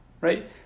right